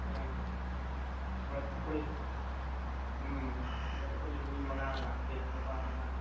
ꯎꯝ ꯍꯣꯏ ꯑꯩꯈꯣꯏꯁꯨ ꯎꯝ ꯍꯣꯏ ꯑꯩꯈꯣꯏꯁꯨ ꯃꯤ ꯃꯉꯥ ꯂꯥꯛꯀꯦ ꯅꯨꯄꯥ ꯃꯉꯥ